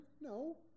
No